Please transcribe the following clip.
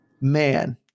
man